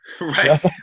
Right